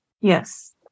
Yes